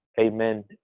amen